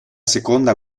seconda